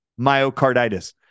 myocarditis